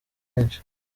benshi